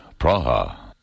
Praha